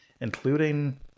including